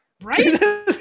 Right